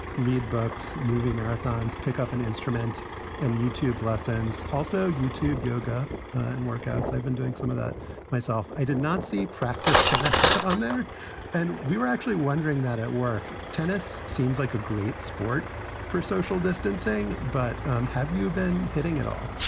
read books, movie marathons, pick up an instrument and youtube lessons. also youtube, yoga and workouts. i've been doing some of that myself. i did not see practice tennis on there and we were actually wondering that at work. tennis seems like a great sport for social distancing. but have you been hitting it all?